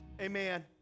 Amen